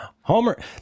Homer